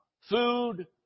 food